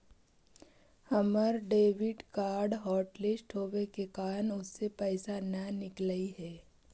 हमर debit card hotlist होवे के कारण उससे पैसे न निकलई हे